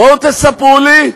בואו תספרו לי,